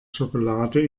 schokolade